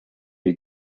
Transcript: you